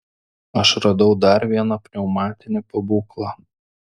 aš radau dar vieną pneumatinį pabūklą